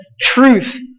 truth